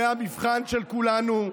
זה המבחן של כולנו,